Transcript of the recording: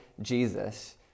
Jesus